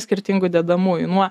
skirtingų dedamųjų nuo